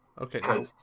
Okay